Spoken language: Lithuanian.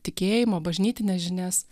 tikėjimo bažnytines žinias